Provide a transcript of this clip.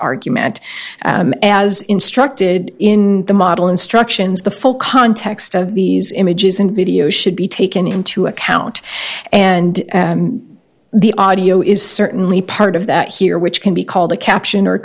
argument as instructed in the model instructions the full context of these images and video should be taken into account and the audio is certainly part of that here which can be called a caption or